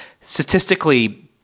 statistically